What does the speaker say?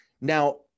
now